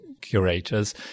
curators